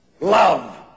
love